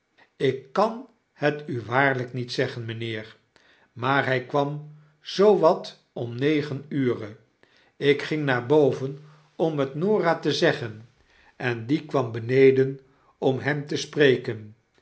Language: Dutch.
ik kan het u waarlijk niet zeggen mynheer maar hy kwam zoo wat om negen ure ik ging naar boven om het norah te zeggen en die kwam beneden om hem te spreken